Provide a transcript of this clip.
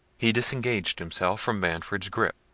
he disengaged himself from manfred's grip,